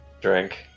Drink